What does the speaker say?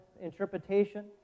interpretation